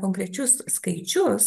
konkrečius skaičius